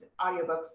audiobooks